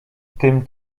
tym